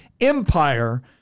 Empire